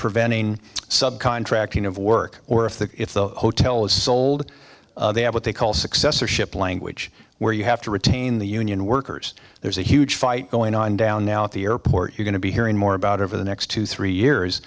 preventing subcontracting of work or if the if the hotel is sold they have what they call successorship language where you have to retain the union workers there's a huge fight going on down now at the airport we're going to be hearing more about over the next two three years